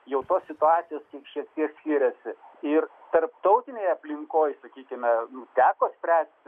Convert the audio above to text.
jau tos situacijos šiek tiek skiriasi ir tarptautinėj aplinkoj sakykime teko spręsti